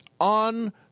on